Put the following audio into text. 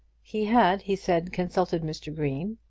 he had, he said, consulted mr. green,